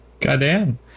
Goddamn